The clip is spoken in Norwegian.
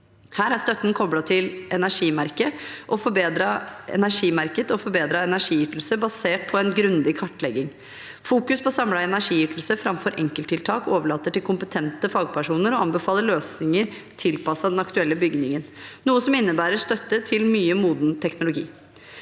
Her er støtten koblet til energimerket og forbedret energiytelse basert på en grundig kartlegging. Fokus på samlet energiytelse framfor enkelttiltak overlater til kompetente fagpersoner å anbefale løsninger tilpasset den aktuelle bygningen, noe som innebærer støtte til mye moden teknologi.